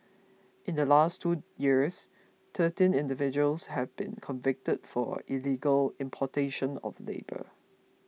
in the last two years thirteen individuals have been convicted for illegal importation of labour